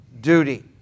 duty